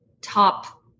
top